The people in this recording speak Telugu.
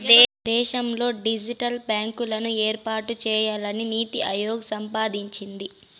దేశంలో డిజిటల్ బ్యాంకులను ఏర్పాటు చేయాలని నీతి ఆయోగ్ ప్రతిపాదించింది